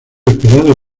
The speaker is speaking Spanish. esperado